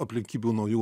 aplinkybių naujų